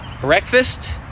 breakfast